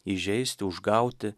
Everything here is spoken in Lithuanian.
įžeisti užgauti